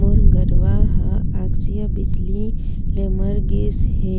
मोर गरवा हा आकसीय बिजली ले मर गिस हे